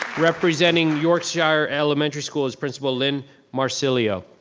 representing yorkshire elementary school is principal lyn marselio.